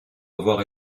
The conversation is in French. avoir